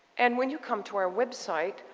and when you come to our website,